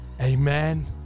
amen